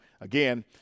again